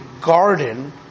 garden